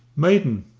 maiden,